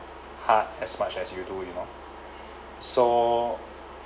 hard as much as you do you know so